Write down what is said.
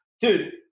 dude